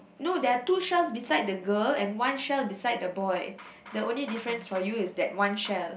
no there are two shells beside the girl and one shell beside the boy the only different for you is that one shell